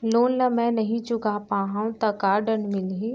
Loan ला मैं नही चुका पाहव त का दण्ड मिलही?